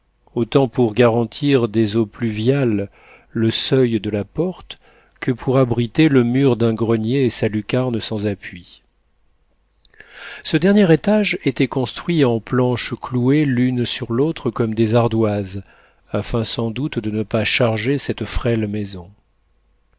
autant pour garantir des eaux pluviales le seuil de la porte que pour abriter le mur d'un grenier et sa lucarne sans appui ce dernier étage était construit en planches clouées l'une sur l'autre comme des ardoises afin sans doute de ne pas charger cette frêle maison